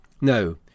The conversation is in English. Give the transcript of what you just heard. No